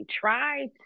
try